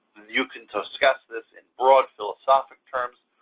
you can discuss this in broad philosophical terms,